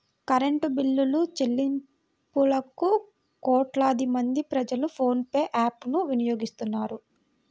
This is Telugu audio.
కరెంటు బిల్లులుచెల్లింపులకు కోట్లాది మంది ప్రజలు ఫోన్ పే యాప్ ను వినియోగిస్తున్నారు